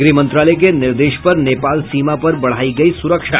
गृह मंत्रालय के निर्देश पर नेपाल सीमा पर बढ़ायी गयी सुरक्षा